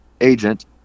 agent